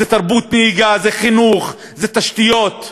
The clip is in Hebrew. זה תרבות נהיגה, זה חינוך, זה תשתיות.